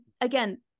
again